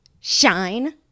Shine